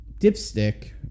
Dipstick